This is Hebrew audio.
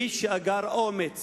איש שאגר אומץ